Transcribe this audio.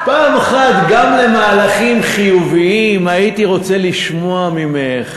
פעם אחת גם על מהלכים חיוביים הייתי רוצה לשמוע ממך.